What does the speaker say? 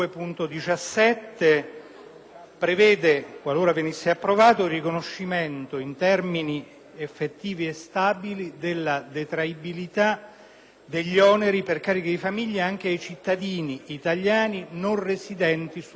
prevede - qualora venisse approvato - il riconoscimento in termini effettivi e stabili alla detraibilità degli oneri per carichi di famiglia anche ai cittadini italiani non residenti sul territorio nazionale